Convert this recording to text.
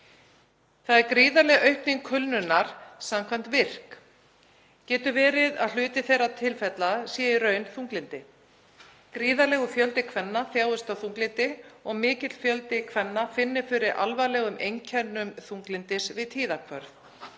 Það er gríðarleg aukning kulnunar samkvæmt Virk. Getur verið að hluti þeirra tilfella sé í raun þunglyndi? Gríðarlegur fjöldi kvenna þjáist af þunglyndi og mikill fjöldi kvenna finnur fyrir alvarlegum einkennum þunglyndis við tíðahvörf.